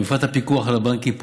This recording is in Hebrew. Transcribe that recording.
ובפרט הפיקוח על הבנקים,